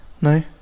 No